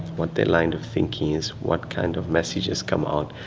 what their line of thinking is, what kind of messages come out,